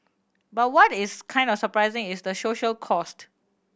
but what is kind of surprising is the social cost